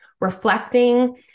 reflecting